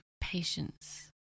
patience